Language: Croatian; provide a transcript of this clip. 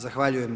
Zahvaljujem.